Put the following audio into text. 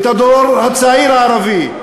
את הדור הצעיר הערבי,